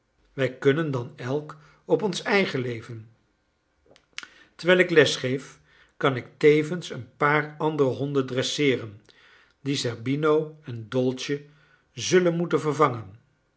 wij kunnen dan elk op ons eigen leven terwijl ik les geef kan ik tevens een paar andere honden dresseeren die zerbino en dolce zullen moeten vervangen